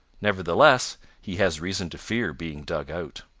nevertheless, he has reason to fear being dug out.